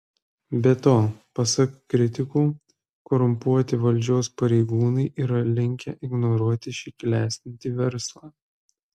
be to pasak kritikų korumpuoti valdžios pareigūnai yra linkę ignoruoti šį klestintį verslą